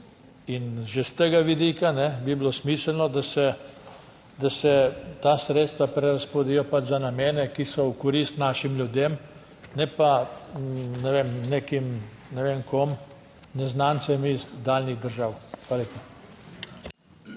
In že s tega vidika bi bilo smiselno, da se, da se ta sredstva prerazporedijo pač za namene, ki so v korist našim ljudem, ne p, ne vem, nekim ne vem kom, neznancem iz daljnih držav. Hvala